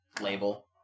label